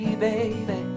baby